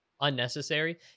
unnecessary